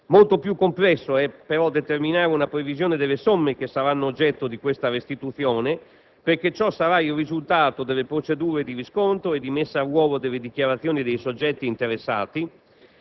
Molto più complesso è, però, determinare una previsione delle somme che saranno oggetto di questa restituzione, perché ciò sarà il risultato delle procedure di riscontro e di iscrizione a ruolo delle dichiarazioni dei soggetti interessati;